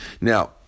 Now